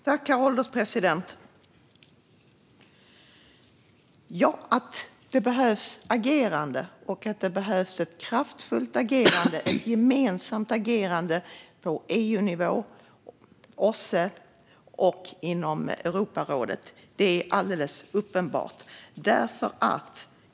Herr ålderspresident! Ja, att det behövs ett kraftfullt och gemensamt agerande på EU-nivå, inom OSSE och inom Europarådet är alldeles uppenbart.